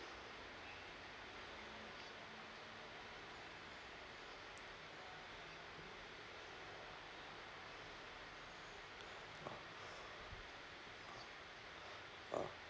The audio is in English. orh